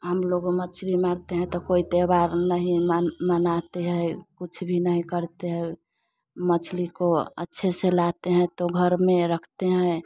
हम लोग मछरी मारते हैं तो कोई त्यौहार नहीं मन मनाते हैं कुछ भी नहीं करते हैं मछली को अच्छे से लाते हैं तो घर में रखते हैं